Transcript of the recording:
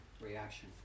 Reaction